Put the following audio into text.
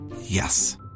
Yes